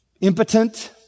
impotent